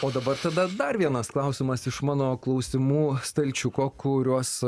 o dabar tada dar vienas klausimas iš mano klausimų stalčiuko kuriuos